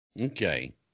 Okay